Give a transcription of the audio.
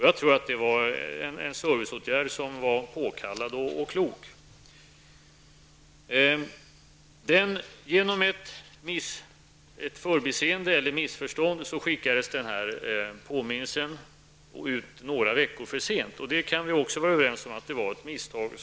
Jag tror att den serviceåtgärden var påkallad och klok. Genom ett förbiseende eller missförstånd skickades dessa påminnelser ut några veckor för sent. Vi kan vara överens om att detta var ett misstag.